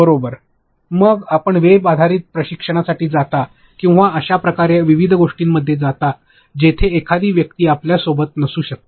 बरोबर मग आपण वेब आधारित प्रशिक्षणासाठी जाता किंवा आपण अशा विविध गोष्टींमध्ये जाता जेथे एखादी व्यक्ती आपल्याबरोबर नसू शकते